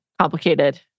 complicated